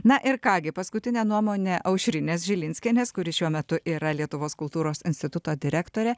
na ir ką gi paskutinė nuomonė aušrinės žilinskienės kuri šiuo metu yra lietuvos kultūros instituto direktorė